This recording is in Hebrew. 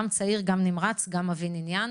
גם צעיר, גם נמרץ, גם מבין עניין.